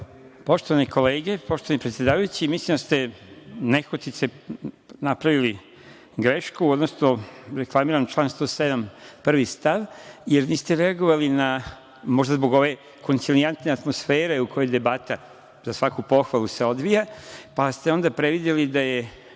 Poštovane kolege, poštovani predsedavajući, mislim da ste nehotice napravili grešku, odnosno reklamiram član 107. stav 1. jer niste reagovali, možda zbog ove koncilijantne atmosfere u kojoj se debata za svaku pohvalu odvija, pa ste onda prevideli da je